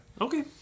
Okay